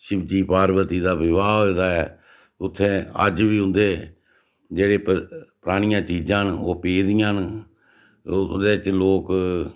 शिवजी पार्वती दा विवाह् होए दा ऐ उत्थें अज्ज बी उं'दे जेह्ड़े परानियां चीज़ां न ओह् पेदियां न ओह्दे च लोक